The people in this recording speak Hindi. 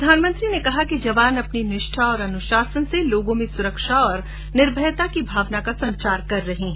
प्रधानमंत्री ने कहा कि जवान अपनी निष्ठा और अनुशासन से लोगों में सुरक्षा तथा निर्भयता की भावना का संचार कर रहे हैं